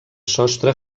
sostre